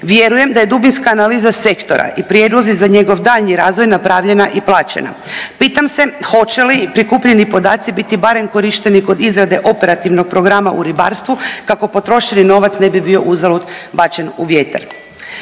Vjerujem da je dubinska analiza sektora i prijedlozi za njegov daljnji razvoj napravljena i plaćena. Pitam se hoće li prikupljeni podaci biti barem korišteni kroz izrade operativnog programa u ribarstvu kako potrošeni novac ne bi bio uzalud bačen u vjetar.